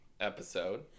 episode